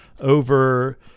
over